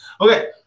Okay